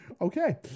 Okay